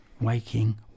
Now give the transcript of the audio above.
waking